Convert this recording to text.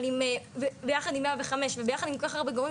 אבל ביחד עם 105 וביחד עם כל כך הרבה גורמים